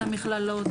המכללות,